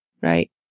right